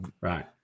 Right